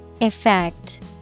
Effect